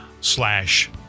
slash